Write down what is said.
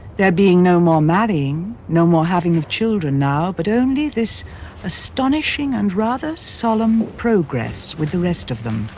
there being no more marrying, no more having of children now, but only this astonishingly and rather solemn progress with the rest of them